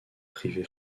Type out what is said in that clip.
privé